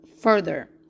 further